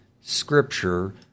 scripture